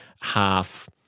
half